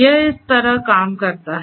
यह इस तरह काम करता है